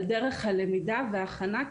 על דרך הלמידה וההכנה,